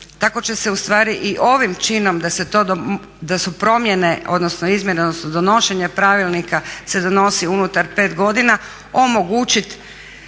Tako će se ustvari i ovim činom da su promjene odnosno izmjene odnosno donošenje pravilnika se donosi unutar 5 godina, omogućit